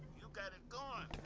you've got it goin'!